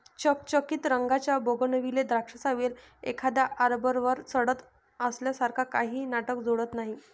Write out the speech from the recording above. चकचकीत रंगाच्या बोगनविले द्राक्षांचा वेल एखाद्या आर्बरवर चढत असल्यासारखे काहीही नाटक जोडत नाही